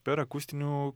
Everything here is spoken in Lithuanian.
per akustinių